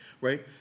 right